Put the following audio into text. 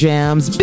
Jams